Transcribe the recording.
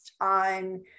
on